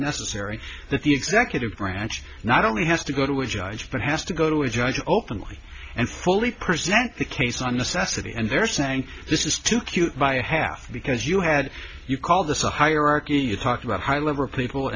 necessary that the executive branch not only has to go to a judge but has to go to a judge openly and fully present the case on the subsidy and they're saying this is too cute by half because you had you call this a hierarchy talk about high level people